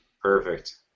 Perfect